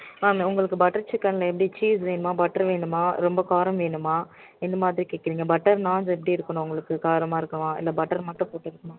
ma'am உங்களுக்கு butter chicken எப்படி cheese வேணுமா பட்டர் வேணுமா ரொம்ப காரம் வேணுமா எந்த மாதிரி கேட்குறிங்க பட்டர் நாண் எப்படி இருக்கணும் உங்களுக்கு காரமாக இருக்கணுமா இல்லை பட்டர் மட்டும் போட்டுருக்குமா